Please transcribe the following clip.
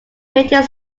painted